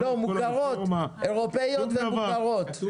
לא, מוכרות, אירופאיות ומוכרות.